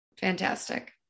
fantastic